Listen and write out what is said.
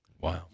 Wow